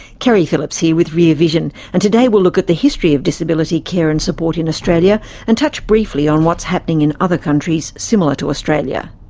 keri phillips here with rear vision, and today we'll look at the history of disability care and support in australia and touch briefly on what's happening in other countries similar to australia.